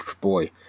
Boy